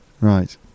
right